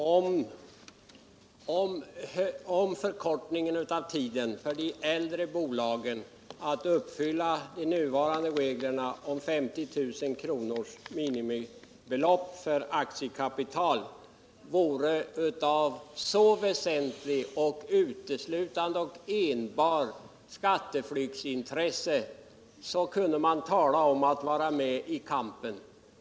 Herr talman! Om förkortningen av tiden för de äldre bolagen att uppfylla de nuvarande reglerna om 50000 kr. som minimibelopp för aktiekapital uteslutande vore ett väsentligt skatteflyktsintresse, så kunde man tala om att vara med i kampen.